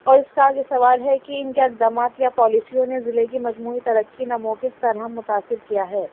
اور اس کے آگے سوال ہے کہ ان کے اقدامات یا پالیسیوں نے ضلع کی مجموعی ترقی نمو کی شرح متاثر کیا ہے